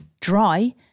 dry